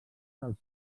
dels